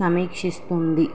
సమీక్షిస్తుంది